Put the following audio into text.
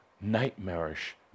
nightmarish